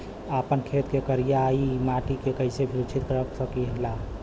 आपन खेत के करियाई माटी के कइसे सुरक्षित रख सकी ला?